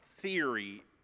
theory